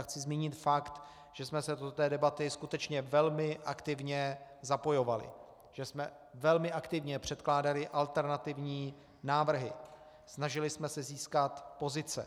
Chci zmínit fakt, že jsme se do té debaty skutečně velmi aktivně zapojovali, že jsme velmi aktivně předkládali alternativní návrhy, snažili jsme se získat pozice.